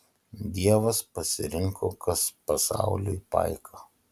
dievas pasirinko kas pasauliui paika